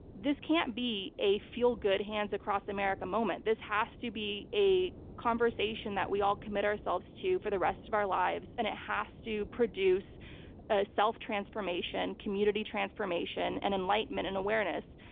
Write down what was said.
this can't be a feel good hands across america moment. this has to be a conversation that we all commit ourselves to for the rest of our lives and it has to produce ah self transformation, community transformation, and enlightenment, and awareness.